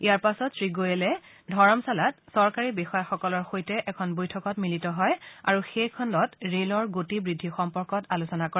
ইয়াৰ পাছত শ্ৰী গোয়েলে ধৰমশালাত চৰকাৰী বিষয়াসকলৰ সৈতে এখন বৈঠকত মিলিত হয় আৰু সেই খণ্ডত ৰেলৰ গতিবেগ বৃদ্ধি সম্পৰ্কত আলোচনা কৰে